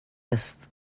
best